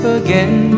again